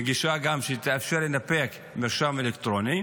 וגם גישה שתאפשר לנפק מרשם אלקטרוני,